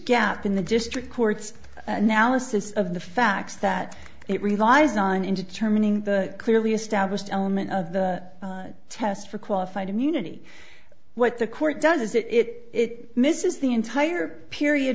gap in the district court's analysis of the facts that it relies on in determining the clearly established element of the test for qualified immunity what the court does is it misses the entire period